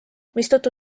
mistõttu